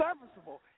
serviceable